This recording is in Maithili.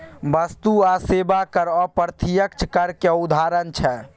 बस्तु आ सेबा कर अप्रत्यक्ष करक उदाहरण छै